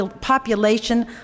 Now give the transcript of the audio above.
population